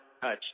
touch